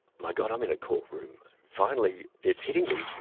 my god, i'm in a courtroom, finally it's hitting me,